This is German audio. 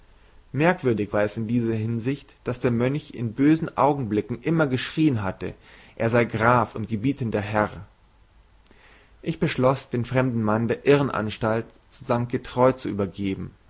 merkwürdig war es in dieser hinsicht daß der mönch in bösen augenblicken immer geschrieen hatte er sei graf und gebietender herr ich beschloß den fremden mann der irrenanstalt zu st getreu zu übergeben